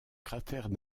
cratère